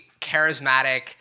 charismatic